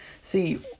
See